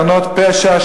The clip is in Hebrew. קרנות פשע,